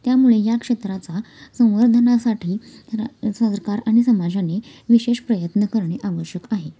त्यामुळे या क्षेत्राचा संवर्धनासाठी सरकार आणि समाजाने विशेष प्रयत्न करणे आवश्यक आहे